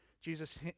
Jesus